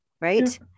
right